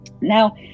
Now